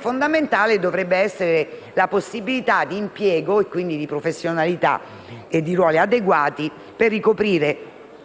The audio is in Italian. fondamentale dovrebbe essere la possibilità di impiego, quindi di professionalità e di ruoli adeguati, per ricoprire